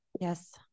Yes